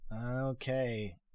Okay